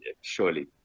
surely